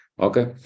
Okay